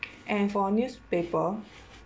and for newspaper